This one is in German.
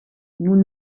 nun